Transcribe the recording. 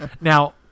now